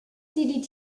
sie